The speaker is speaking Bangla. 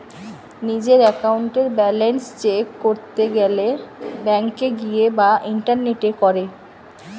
নিজের একাউন্টের ব্যালান্স চেক করতে গেলে ব্যাংকে গিয়ে বা ইন্টারনেটে করে